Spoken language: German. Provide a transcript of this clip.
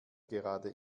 gerade